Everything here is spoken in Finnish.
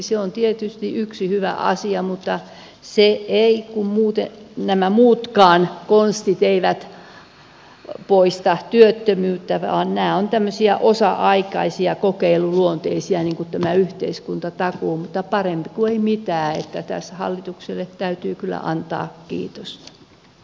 se on tietysti yksi hyvä asia mutta se ei kuten eivät nämä muutkaan konstit poista työttömyyttä vaan nämä ovat tämmöisiä osa aikaisia kokeiluluonteisia niin kuin tämä yhteiskuntatakuu mutta parempi kuin ei mitään niin että tästä hallitukselle täytyy kyllä antaa kiitos